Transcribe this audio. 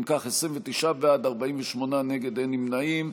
אם כך, 29 בעד, 48 נגד, אין נמנעים.